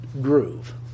groove